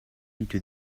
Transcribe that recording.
into